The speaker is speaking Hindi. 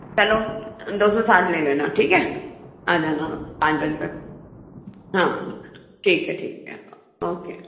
चलो दो सौ साठ ले लेना ठीक है आ जाना पाँच बजे तक हाँ ठीक है ठीक है ओके